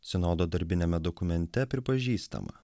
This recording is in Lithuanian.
sinodo darbiniame dokumente pripažįstama